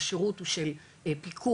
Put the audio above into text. השירות הוא של פיקוח,